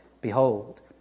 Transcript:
Behold